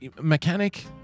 mechanic